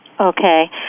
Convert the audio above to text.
Okay